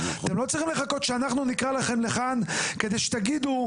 אתם לא צריכים לחכות שאנחנו נקרא לכם לכאן כדי שתגידו: